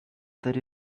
that